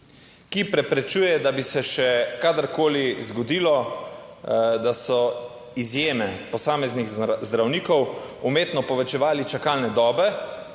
ki preprečuje, da bi se še kadarkoli zgodilo, da so izjeme posameznih zdravnikov umetno povečevali čakalne dobe